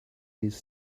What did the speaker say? his